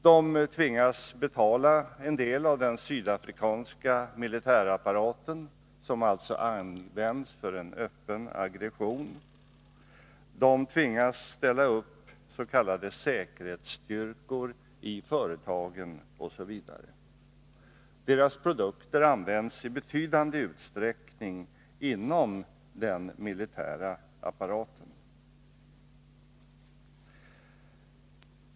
De tvingas betala en del av den sydafrikanska militärapparaten, som alltså används för en öppen aggression. De tvingas ställa upp s.k. säkerhetsstyrkor i företagen osv. Deras produkter används i betydande utsträckning inom den militära apparaten.